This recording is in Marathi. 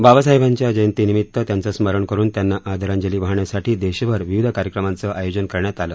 बाबासाहेबांच्या जयंतीनिमित त्यांचं स्मरण करून त्यांना आदरांजली वाहण्यासाठी देशभर विविध कार्यक्रमांचं आयोजन करण्यात आलं